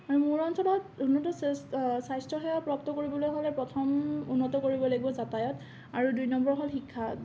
আৰু মোৰ অঞ্চলত উন্নত চা স্বাস্থ্যসেৱা প্ৰাপ্ত কৰিবলৈ হ'লে প্ৰথম উন্নত কৰিব লাগিব যাতায়ত আৰু দুই নম্বৰ হ'ল শিক্ষা